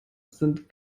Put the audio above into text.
sind